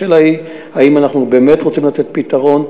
השאלה היא, האם אנחנו באמת רוצים לתת פתרון,